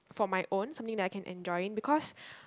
for my own something that I can enjoy in because